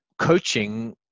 coaching